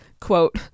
quote